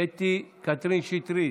קטי קטרין שטרית,